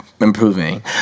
improving